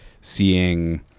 seeing